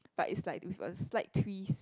but is like with a slight twist